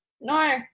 No